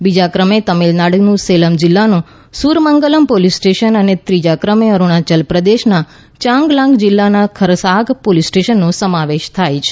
બીજા ક્રમે તામિલનાડુનું સેલમ જિલ્લાનું સુરમગલમ પોલીસ સ્ટેશન અને ત્રીજા ક્રમે અરુણાચલ પ્રદેશનાં ચાંગલાંગ જિલ્લાનાં ખરસાગ પોલીસ સ્ટેશનનો સમાવેશ થાય છે